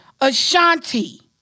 Ashanti